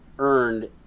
Earned